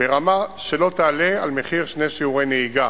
ברמה שלא תעלה על מחיר שני שיעורי נהיגה.